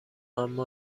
اما